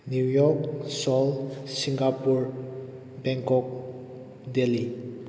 new York Seoul Singapore Bangkok Delhi